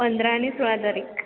पंधरा आणि सोळा तारीख